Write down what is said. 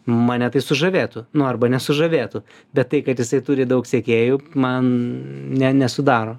mane tai sužavėtų nu arba nesužavėtų bet tai kad jisai turi daug sekėjų man ne nesudaro